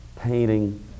painting